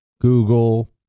Google